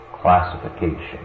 classification